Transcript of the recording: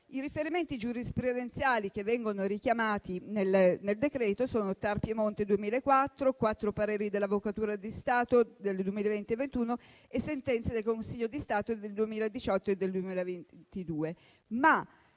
I riferimenti giurisprudenziali che vengono richiamati nel provvedimento sono quelli del TAR (Piemonte 2004), quattro pareri dell'Avvocatura di Stato del 2020 e del 2021 e sentenze del Consiglio di Stato del 2018 e del 2022.